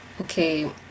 Okay